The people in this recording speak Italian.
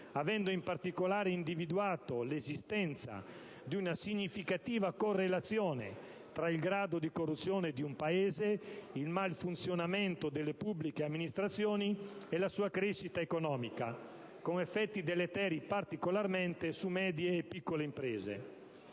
avendo in particolare individuato l'esistenza di una significativa correlazione tra il grado di corruzione di un Paese, il malfunzionamento delle pubbliche amministrazioni e la sua crescita economica, con effetti deleteri particolarmente rilevanti su medie e piccole imprese.